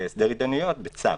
להסדר התדיינויות בצו.